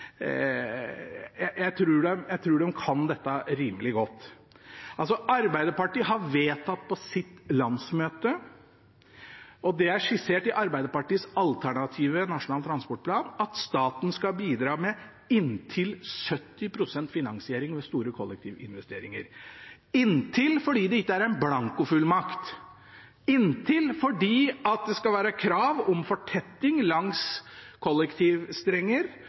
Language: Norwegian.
dette er skissert i Arbeiderpartiets alternative nasjonale transportplan, at staten skal bidra med inntil 70 pst. av finansieringen ved store kollektivinvesteringer – «inntil» fordi det ikke er en blankofullmakt, «inntil» fordi det skal være krav om fortetting langs kollektivstrenger,